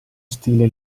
stile